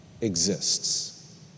exists